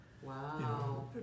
Wow